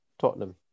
Tottenham